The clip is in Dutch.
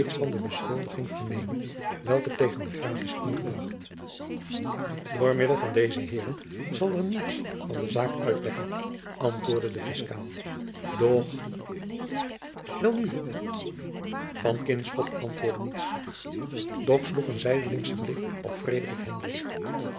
van de beschuldiging verneme welke tegen den graaf is ingebracht door middel van deze heeren zal er niets van de zaak uitlekken antwoordde de fiscaal doch welnu van kinschot antwoordde niets doch sloeg een zijdelingschen blik op